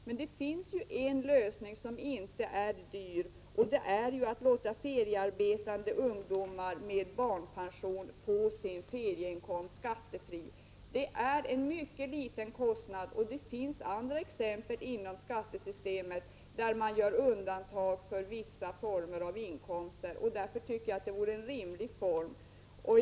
Men det finns ju en lösning som inte är dyr, och det är att låta feriearbetande ungdomar med barnpension få sin ferieinkomst skattefri. Det är en mycket liten kostnad, och det finns andra exempel på att man inom skattesystemet gör undantag för vissa former av inkomster. Därför tycker jag att detta vore en rimlig metod.